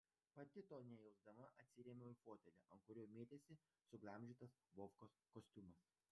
pati to nejausdama atsirėmiau į fotelį ant kurio mėtėsi suglamžytas vovkos kostiumas